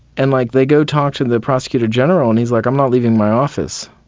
and like they go talk to the prosecutor general and he's, like, i'm not leaving my office.